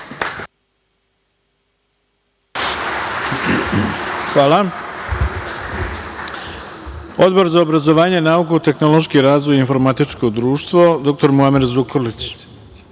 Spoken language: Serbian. Hvala. Odbor za obrazovanje, nauku, tehnološki razvoj i informatičko društvo, dr Muamer Zukorlić. Nećete